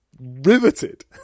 riveted